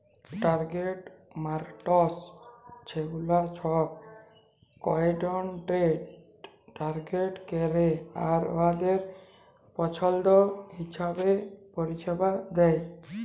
target markets ছেগুলা ছব ক্লায়েন্টদের টার্গেট ক্যরে আর উয়াদের পছল্দ হিঁছাবে পরিছেবা দেয়